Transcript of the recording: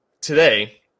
Today